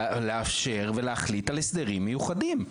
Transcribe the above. לאפשר ולהחליט על הסדרים מיוחדים.